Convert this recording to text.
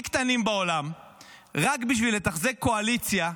קטנים בעולם רק בשביל לתחזק קואליציה,